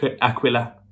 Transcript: Aquila